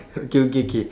okay okay K